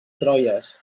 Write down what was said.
troyes